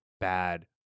bad